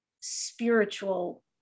spiritual